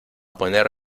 poner